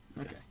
Okay